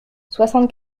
soixante